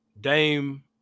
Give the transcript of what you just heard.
Dame